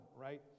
Right